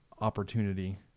opportunity